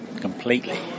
completely